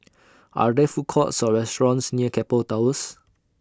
Are There Food Courts Or restaurants near Keppel Towers